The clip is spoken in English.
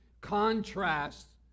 contrasts